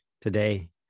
today